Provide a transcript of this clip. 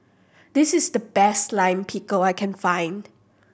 this is the best Lime Pickle I can find